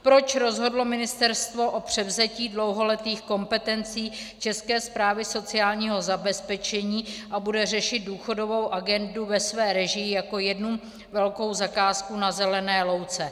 Proč rozhodlo ministerstvo o převzetí dlouholetých kompetencí České správy sociálního zabezpečení a bude řešit důchodovou agendu ve své režii jako jednu velkou zakázku na zelené louce?